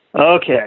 Okay